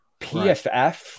PFF